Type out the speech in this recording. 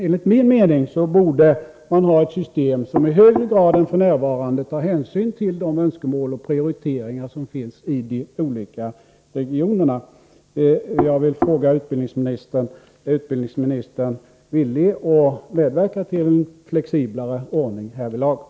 Enligt min mening borde man ha ett system som i högre grad än f. n. tar hänsyn till de önskemål som finns och till de prioriteringar som de olika regionerna vill göra.